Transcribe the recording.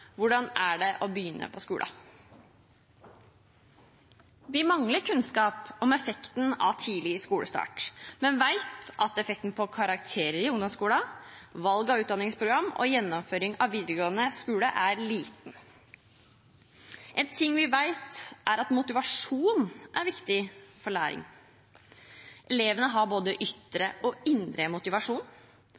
Hvordan er det å begynne på skolen? Vi mangler kunnskap om effekten av tidlig skolestart. Vi vet at effekten på karakterer i ungdomskolen, valg av utdanningsprogram og gjennomføring av videregående skole er liten. En annen ting vi vet, er at motivasjon er viktig for læring. Elevene har både ytre og indre motivasjon.